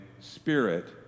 spirit